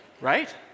right